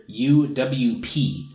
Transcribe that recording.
UWP